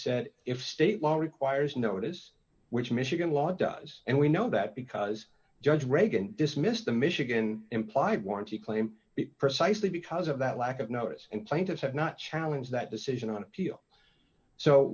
said if state law requires notice which michigan law does and we know that because judge reagan dismissed the michigan implied warranty claim it precisely because of that lack of notice and plaintiff have not challenge that decision on a